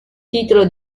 titolo